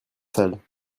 sale